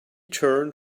turned